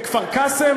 בכפר-קאסם.